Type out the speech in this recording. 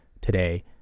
today